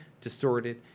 distorted